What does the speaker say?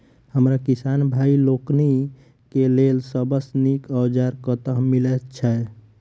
हमरा किसान भाई लोकनि केँ लेल सबसँ नीक औजार कतह मिलै छै?